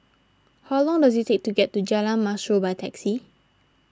how long does it take to get to Jalan Mashor by taxi